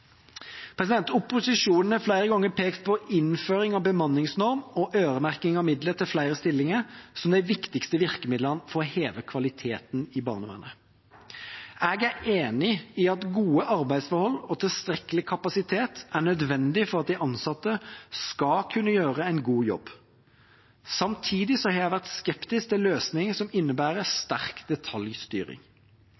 Opposisjonen har flere ganger pekt på innføring av bemanningsnorm og øremerking av midler til flere stillinger som de viktigste virkemidlene for å heve kvaliteten i barnevernet. Jeg er enig i at gode arbeidsforhold og tilstrekkelig kapasitet er nødvendig for at de ansatte skal kunne gjøre en god jobb. Samtidig har jeg vært skeptisk til løsninger som innebærer